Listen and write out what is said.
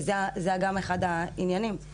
וזה היה אחד העניינים.